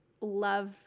love